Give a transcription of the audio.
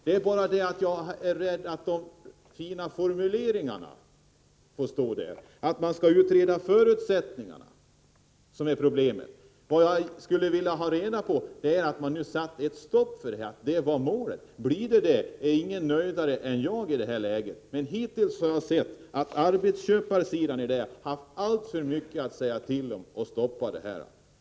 Jag är bara rädd att de fina formuleringarna innebär att man bara skall utreda förutsättningarna. Vad jag skulle vilja ha reda på är om målet är att sätta stopp för det hela. Blir det så, är ingen mer nöjd än jag i det här läget. Hittills har jag sett att arbetsköparsidan har haft alltför mycket att säga till om i detta fall.